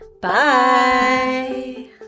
Bye